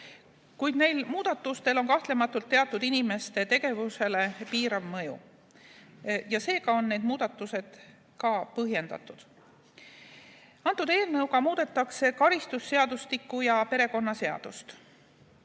kuid neil muudatustel on kahtlematult teatud inimeste tegevusele piirav mõju ja seega on need muudatused ka põhjendatud. Antud eelnõuga muudetakse karistusseadustikku ja perekonnaseadust.